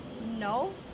No